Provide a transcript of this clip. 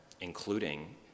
including